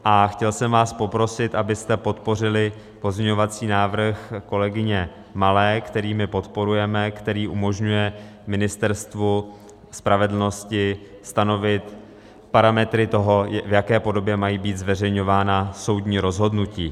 A chtěl jsem vás poprosit, abyste podpořili pozměňovací návrh kolegyně Malé, který my podporujeme, který umožňuje Ministerstvu spravedlnosti stanovit parametry toho, v jaké podobě mají být zveřejňována soudní rozhodnutí.